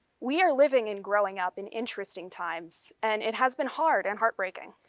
we are living and growing up in interesting times, and it has been hard and heartbreaking,